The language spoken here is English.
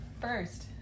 first